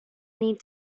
need